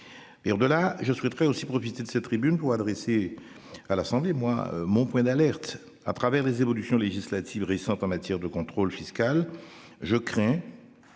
au-delà, je souhaiterais aussi profiter de cette tribune pour adresser à l'Assemblée. Moi mon point d'alerte à travers les évolutions législatives récentes en matière de contrôle fiscal. Je crains.